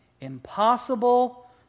impossible